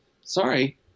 sorry